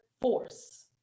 force